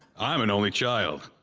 i'm an only child.